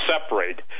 separate